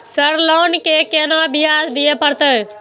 Sir loan के केना ब्याज दीये परतें?